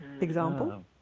Example